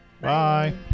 bye